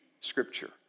Scripture